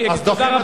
תודה,